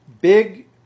Big